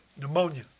Pneumonia